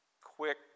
quick